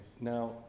Now